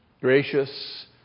Gracious